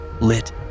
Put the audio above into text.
lit